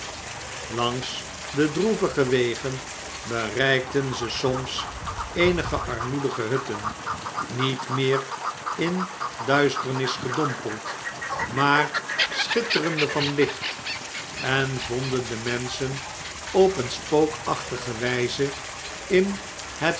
langs de droevige wegen bereikten ze soms eenige armoedige hutten niet meer in duisternis gedompeld maar schitterende van licht en vonden de menschen op een spookachtige wgze in het